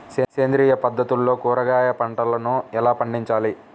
సేంద్రియ పద్ధతుల్లో కూరగాయ పంటలను ఎలా పండించాలి?